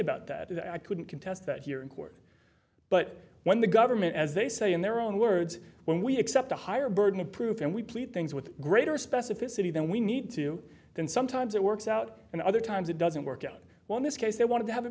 about that and i couldn't contest that here in court but when the government as they say in their own words when we accept a higher burden of proof and we plead things with greater specificity than we need to then sometimes it works out and other times it doesn't work out well in this case they want to have it